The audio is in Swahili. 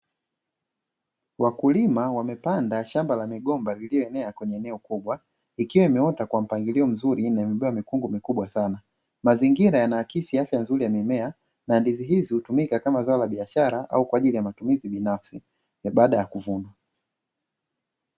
Wakulima wamepanda shamba la migomba lililoenea kwenye eneo kubwa, ikiw imeota kwa mpangilio mzuri na imebeba mikungu mikubwa sana; mazingira yanaakisi afya nzuri ya mimea na ndizi hizi hutumika kama zao la biashara au kwa ajili ya matumizi binafsi baada ya kuvunwa.